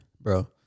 bro